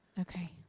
Okay